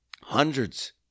hundreds